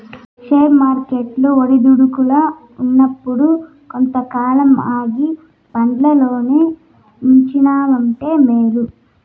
share వర్కెట్లు ఒడిదుడుకుల్ల ఉన్నప్పుడు కొంతకాలం ఆగి పండ్లల్లోనే ఉంచినావంటే మేలు